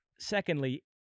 Secondly